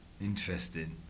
interesting